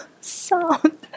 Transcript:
sound